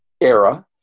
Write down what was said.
era